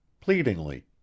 pleadingly